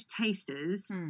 tasters